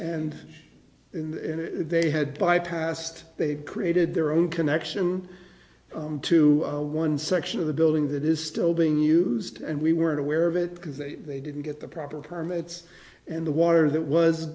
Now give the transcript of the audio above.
leak and they had bypassed they created their own connection to one section of the building that is still being used and we weren't aware of it because they they didn't get the proper permits and the water that was